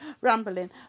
rambling